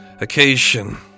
occasion